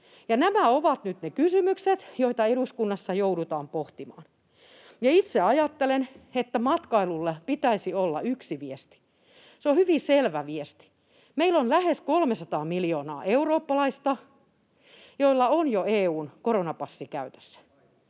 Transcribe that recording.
nämä ovat nyt ne kysymykset, joita eduskunnassa joudutaan pohtimaan. Itse ajattelen, että matkailulle pitäisi olla yksi viesti, ja se on hyvin selvä viesti. Meillä on lähes 300 miljoonaa eurooppalaista, joilla on jo EU:n koronapassi käytössä.